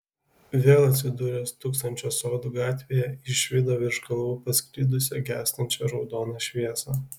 vėl atsidūręs tūkstančio sodų gatvėje išvydo virš kalvų pasklidusią gęstančią raudoną šviesą